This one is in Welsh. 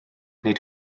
nid